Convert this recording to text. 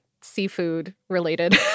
seafood-related